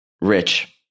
rich